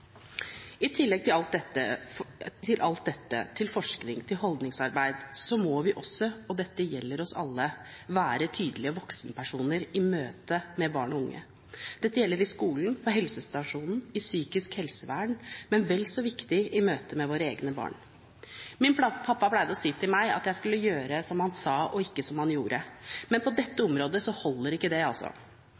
I tillegg til alt dette, til forskning, til holdningsarbeid, må vi også – og dette gjelder oss alle – være tydelige voksenpersoner i møte med barn og unge. Dette gjelder i skolen, på helsestasjonen, i psykisk helsevern, men er vel så viktig i møte med våre egne barn. Min pappa pleide å si til meg at jeg skulle gjøre som han sa, og ikke som han gjorde, men på dette området holder ikke det.